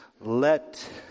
Let